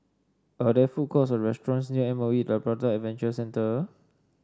are there food courts or restaurants near M O E Labrador Adventure Centre